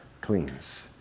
cleans